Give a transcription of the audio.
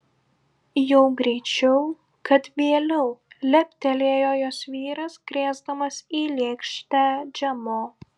jau greičiau kad vėliau leptelėjo jos vyras krėsdamas į lėkštę džemo